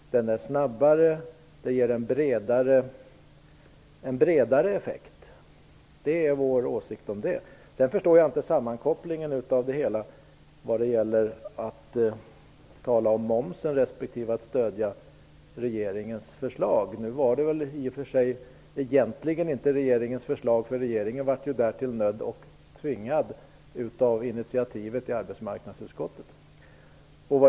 Den är snabbare och ger en bredare effekt. Det är vår åsikt om detta. Sedan förstår jag inte sammankopplingen mellan momsen och stödet för regeringens förslag. Nu var det väl egentligen inte regeringens förslag. Regeringen blev ju därtill nödd och tvungen genom initiativet i arbetsmarknadsutskottet.